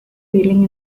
feeling